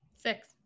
six